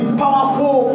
powerful